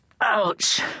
Ouch